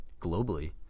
globally